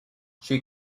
she